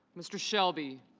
mr. shelby